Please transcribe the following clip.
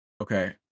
Okay